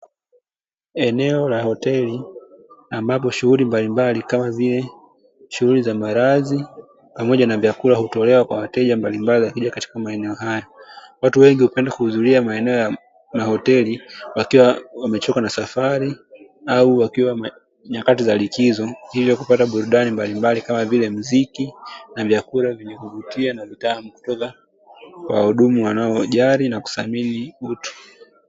Eneo la hoteli, ambapo shughuli mbalimbali kama vile shughuli za malazi pamoja na vyakula hutolewa kwa wateja mbalimbali, wakija katika maeneo haya. Watu wengi hupenda kuhudhuria maeneo ya mahoteli wakiwa wamechoka na safari au wakiwa nyakati za likizo, hivyo kupata burudani mbalimbali kama vile mziki na vyakula vyenye kuvutia na vitamu kutoka kwa wahudumu wanaojali na kuthamini utu.